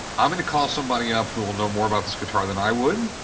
i'm going to call somebody up who will know more about this guitar than i would.